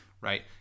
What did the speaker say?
right